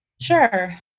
Sure